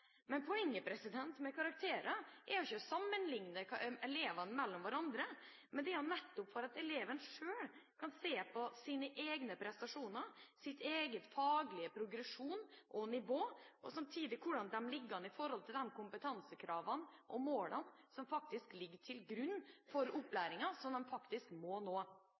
men at eleven selv kan se på egne prestasjoner, egen faglig progresjon og eget nivå, og samtidig se hvordan de ligger an i forhold til kompetansekravene og målene som ligger til grunn for opplæringen, og som de faktisk må nå.